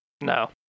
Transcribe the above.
No